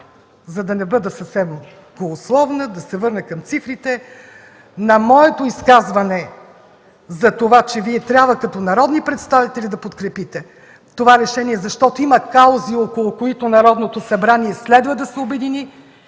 За да не бъда голословна, да се върна към цифрите. На моето изказване, че Вие като народни представители трябва да подкрепите това решение, защото има каузи, около които Народното събрание следва да се обедини,